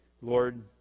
Lord